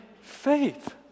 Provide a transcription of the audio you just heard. faith